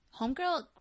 homegirl